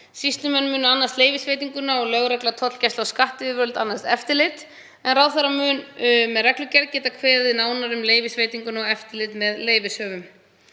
Sýslumenn munu annast leyfisveitinguna og lögreglu-, tollgæslu- og skattyfirvöld annast eftirlit. Ráðherra mun með reglugerð geta kveðið nánar á um leyfisveitinguna og eftirlit með leyfishöfum.